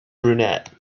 brunette